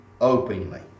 openly